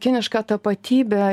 kinišką tapatybę